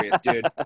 dude